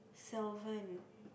solvent